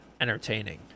entertaining